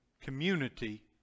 community